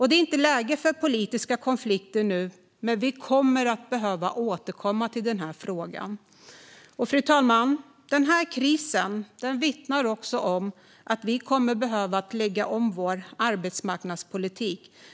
Det är inte läge för politiska konflikter nu, men vi kommer att behöva återkomma till denna fråga. Fru talman! Den här krisen vittnar också om att vi kommer att behöva lägga om vår arbetsmarknadspolitik.